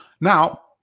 now